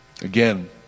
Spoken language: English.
Again